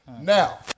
Now